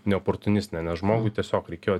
ne oportiunistinė nes žmogui tiesiog reikėjo